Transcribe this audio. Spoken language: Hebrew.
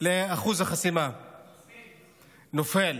לאחוז החסימה, נופל.